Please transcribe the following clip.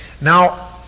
Now